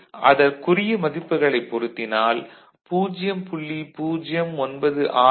இங்கே அதற்குரிய மதிப்புகளைப் பொருத்தினால் 0